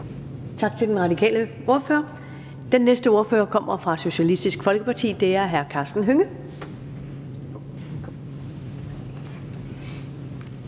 Tak til den radikale ordfører. Den næste ordfører kommer fra Socialistisk Folkeparti. Det er hr. Karsten Hønge.